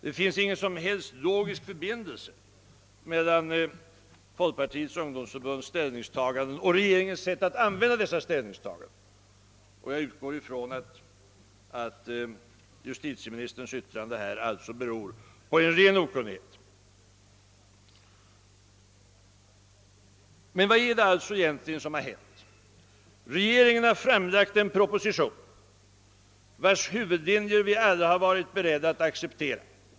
Det finns inget som helst logiskt sammanhang mellan folkpartiets ungdomsförbunds ställningstagande och regeringens sätt att använda detta ställningstagande. Jag utgår från att justitieministerns yttrande beror på ren okunnighet i sakfrågan. Vad är det egentligen som har hänt? Regeringen har framlagt en proposition, vars huvudlinjer vi alla varit beredda att acceptera.